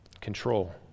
Control